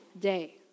day